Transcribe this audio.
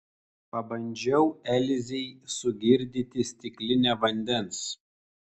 pabandžiau elzei sugirdyti stiklinę vandens